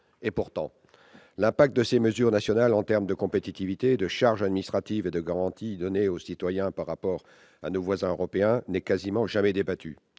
Pourtant, l'impact de ces mesures nationales en termes de compétitivité, de charges administratives et de garanties données aux citoyens, par rapport à nos voisins européens, n'est quasiment jamais débattu.